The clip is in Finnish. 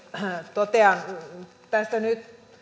totean tässä nyt